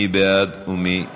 מי בעד ומי נגד?